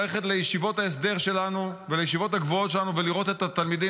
ללכת לישיבות ההסדר שלנו ולישיבות הגבוהות שלנו ולראות את התלמידים.